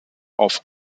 auf